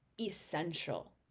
essential